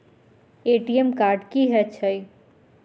ATM card की हएत छै?